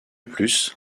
plus